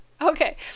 okay